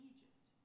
Egypt